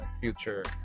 future